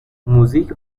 موزیک